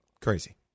Crazy